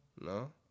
No